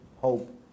hope